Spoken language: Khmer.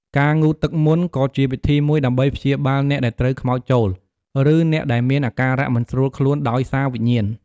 ការងូតទឹកមន្តក៏ជាវិធីមួយដើម្បីព្យាបាលអ្នកដែលត្រូវខ្មោចចូល ឬអ្នកដែលមានអាការៈមិនស្រួលខ្លួនដោយសារវិញ្ញាណ។